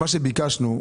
מה שביקשנו,